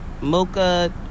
mocha